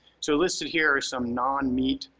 so listed here are some non-meat,